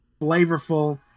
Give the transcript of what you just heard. flavorful